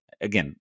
again